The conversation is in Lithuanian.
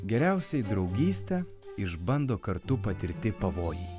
geriausiai draugystę išbando kartu patirti pavojai